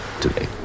today